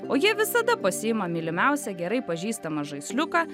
o jie visada pasiima mylimiausią gerai pažįstamą žaisliuką